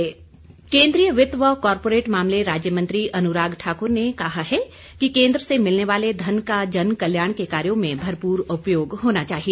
अनुराग ठाकुर केंद्रीय वित्त व कॉरपोरेट मामले राज्य मंत्री अनुराग ठाकुर ने कहा है कि केंद्र से मिलने वाले धन का जन कल्याण के कार्यों में भरपूर उपयोग होना चाहिए